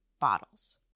bottles